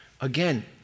Again